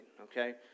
Okay